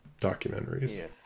documentaries